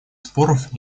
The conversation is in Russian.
споров